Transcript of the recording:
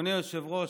אדוני היושב-ראש,